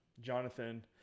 Jonathan